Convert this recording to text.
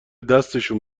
دستشون